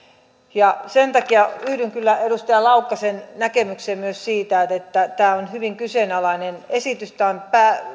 sen takia yhdyn kyllä edustaja laukkasen näkemykseen myös siitä että tämä on hyvin kyseenalainen esitys tämä on